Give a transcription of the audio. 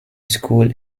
school